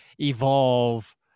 evolve